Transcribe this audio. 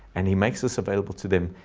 and he makes us available to them.